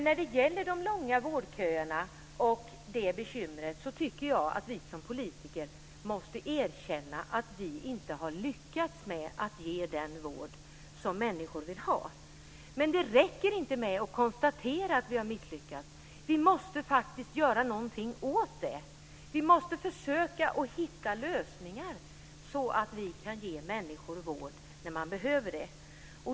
När det gäller bekymret med de långa vårdköerna tycker jag att vi som politiker måste erkänna att vi inte har lyckats med att ge den vård som människor vill ha. Det räcker inte med att konstatera att vi har misslyckats, vi måste faktiskt göra någonting åt det. Vi måste försöka att hitta lösningar så att vi kan ge människor vård när man behöver det.